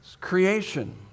Creation